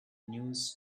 news